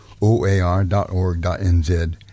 oar.org.nz